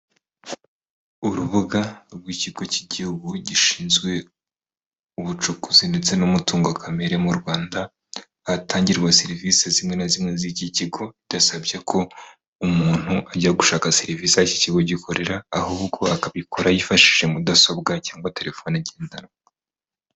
Urubuga rw'ikigo cy'igihugu gishinzwe ubucukuzi ndetse n'umutungo kamere mu Rwanda. Ahatangirwa serivise zimwe na zimwe z'iki kigo, bidasabye ko umuntu ajya gushaka serivise aho iki kigo gikorera, ahubwo akabikora yifashishije mudasobwa cyangwa terefone ngendanwa.